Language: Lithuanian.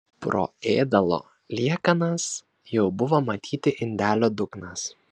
pro ėdalo liekanas jau buvo matyti indelio dugnas